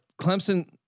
Clemson